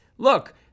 Look